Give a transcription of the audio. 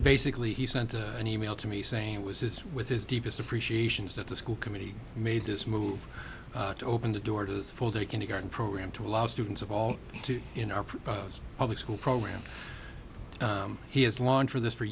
basically he sent an e mail to me saying it was his with his deepest appreciations that the school committee made this move to open the door to the full day kindergarten program to allow students of all to you know propose public school programs he has lawn for this for